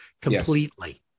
completely